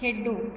ਖੇਡੋ